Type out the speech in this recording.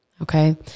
Okay